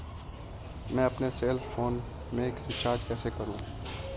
मैं अपने cell phone में रिचार्ज कैसे करूँ?